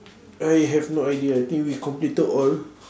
I have no idea I think we completed all